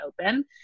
open